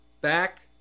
back